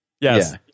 Yes